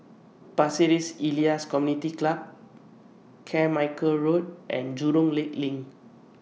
Pasir Ris Elias Community Club Carmichael Road and Jurong Lake Lane